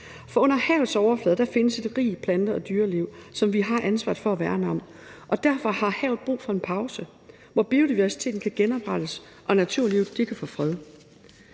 For under havets overflade findes et rigt plante- og dyreliv, som vi har ansvaret for at værne om, og derfor har havet brug for en pause, hvor biodiversiteten kan genoprettes og naturlivet kan få fred.